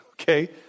okay